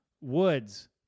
Woods